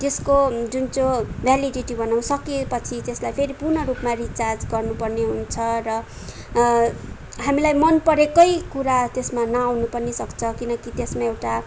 त्यसको जुनचैँ भेलिडिटी भनौ सकिएपछि त्यसलाई फेरि पुनरुपमा त्यसमा रिचार्ज गर्नुपर्ने हुन्छ र हामीलाई मनपरेकै कुरा त्यसमा नआउन पनि सक्छ किनकि त्यसमा एउटा